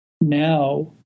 now